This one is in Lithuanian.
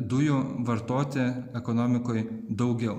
dujų vartoti ekonomikoj daugiau